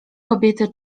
kobiety